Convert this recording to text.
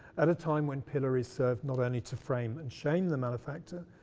at a time when pillory served not only to frame and shame the manufacture,